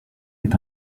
est